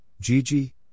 Gigi